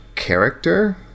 character